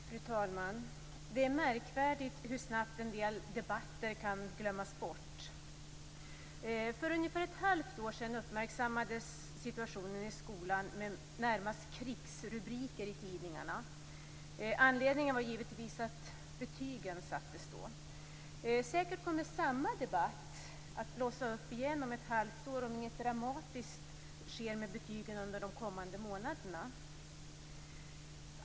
Fru talman! Det är märkvärdigt hur snabbt en del debatter kan glömmas bort. För ungefär ett halvt år sedan uppmärksammades situationen i skolan med närmast krigsrubriker i tidningarna. Anledningen var givetvis att betygen sattes då. Säkert kommer samma debatt att blossa upp igen om ett halvt år, om inget dramatiskt sker med betygen under de kommande månaderna.